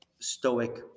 stoic